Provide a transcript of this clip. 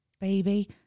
baby